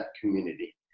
community